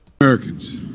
Americans